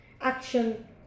action